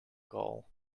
gall